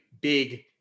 big